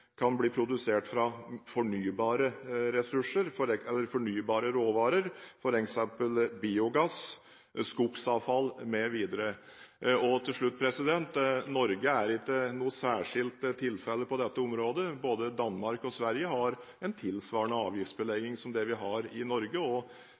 kan bli produsert fra fornybare ressurser eller fornybare råvarer, f.eks. biogass, skogsavfall, mv. Til slutt: Norge er ikke noe særskilt tilfelle på dette området. Både Danmark og Sverige har en tilsvarende